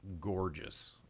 gorgeous